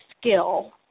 skill